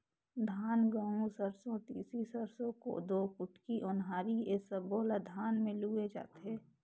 धान, गहूँ, सरसो, तिसी, सरसो, कोदो, कुटकी, ओन्हारी ए सब्बो ल धान म लूए जाथे